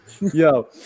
Yo